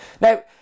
Now